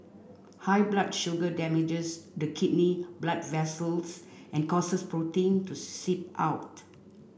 high blood sugar damages the kidney blood vessels and causes protein to seep out